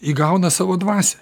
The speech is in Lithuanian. įgauna savo dvasią